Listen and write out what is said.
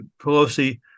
Pelosi